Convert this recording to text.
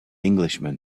englishman